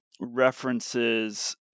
references